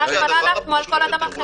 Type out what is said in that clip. הוא לא יכול כמו כל אדם אחר.